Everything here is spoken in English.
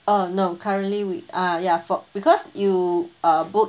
uh no currently we ah ya for because you uh booked